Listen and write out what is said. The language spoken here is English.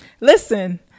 listen